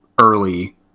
early